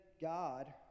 God